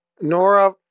Nora